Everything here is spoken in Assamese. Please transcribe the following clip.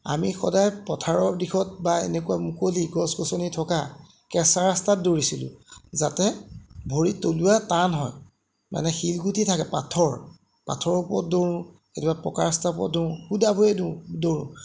আমি সদায় পথাৰৰ দিশত বা এনেকুৱা মুকলি গছ গছনি থকা কেচাঁ ৰাস্তাত দৌৰিছিলোঁ যাতে ভৰি তলুৱা টান হয় মানে শিলগুটি থাকে পাথৰ পাথৰৰ ওপৰত দৌৰোঁ কেতিয়াবা পকা ৰাস্তা ওপৰত দৌৰোঁ শুদা ভৰিৰে দৌৰোঁ